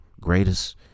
greatest